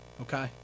Okay